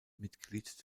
mitglied